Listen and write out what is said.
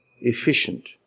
efficient